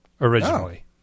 originally